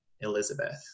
Elizabeth